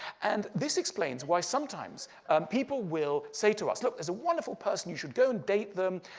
and this explains why sometimes people will say to us, look, there's a wonderful person. you should go and date them.